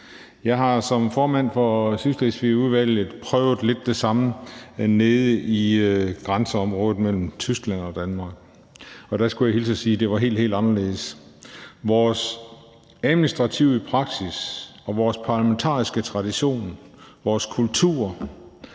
Jeg har som formand for Sydslesvigudvalget prøvet lidt det samme nede i grænseområdet mellem Tyskland og Danmark. Og jeg skal hilse og sige, at det dér var helt, helt anderledes. Vores administrative praksisser og vores parlamentariske traditioner, vores kultur